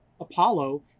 Apollo